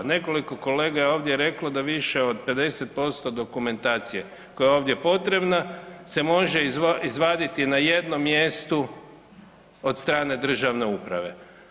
Nekoliko kolega je ovdje reklo da više od 50% dokumentacije koja je ovdje potrebna se može izvaditi na jednom mjestu od strane državne uprave.